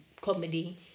comedy